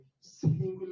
singular